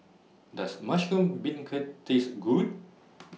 Does Mushroom Beancurd Taste Good